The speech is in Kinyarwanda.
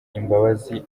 imbabazi